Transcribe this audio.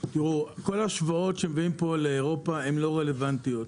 כל ההשוואות שמביאים פה לאירופה הן לא רלוונטיות.